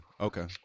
Okay